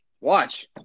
Watch